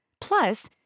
Plus